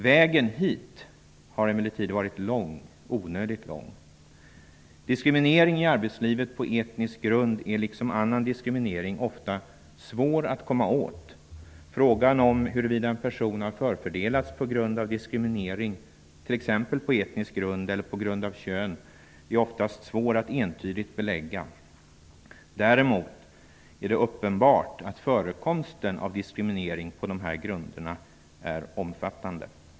Vägen hit har emellertid varit lång -- onödigt lång. Diskriminering i arbetslivet på etnisk grund är liksom annan diskriminering ofta svår att komma åt. Frågan om huruvida en person förfördelats på grund av diskriminering t.ex. på etnisk grund eller på grund av kön är ofta mycket svår att entydigt belägga. Däremot är det uppenbart att förekomsten av diskriminering på dessa grunder är omfattande.